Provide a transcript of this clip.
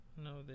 no